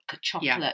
chocolate